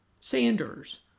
Sanders